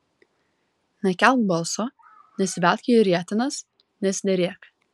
nekelk balso nesivelk į rietenas nesiderėk